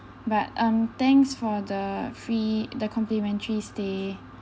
but um thanks for the free the complimentary stay